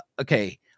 Okay